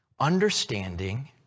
understanding